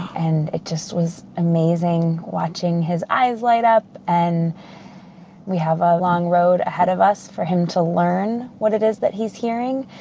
and it just was amazing watching his eyes light up. and we have a long road ahead of us for him to learn what it is that he's hearing,